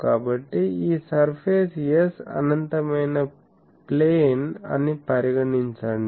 కాబట్టి ఈ surface S అనంతమైన ప్లేన్ అని పరిగణించండి